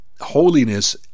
holiness